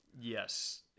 Yes